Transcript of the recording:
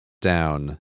down